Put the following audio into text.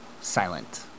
silent